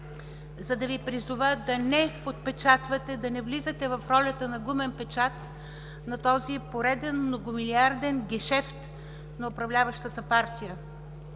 за да Ви призова да не подпечатвате, да не влизате в ролята на гумен печат на този пореден многомилиарден гешефт на управляващата партия.